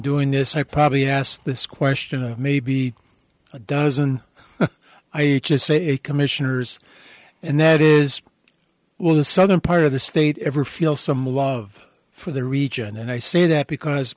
doing this i probably asked this question of maybe a dozen i say commissioners and that is when the southern part of the state ever feel some love for the region and i say that because